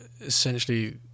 Essentially